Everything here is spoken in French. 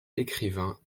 écrivains